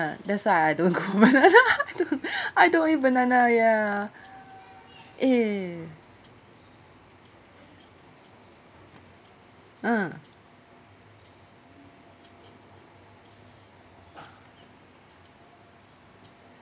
that's why I don't go banana I don't eat banana ya eh ah